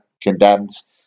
condemns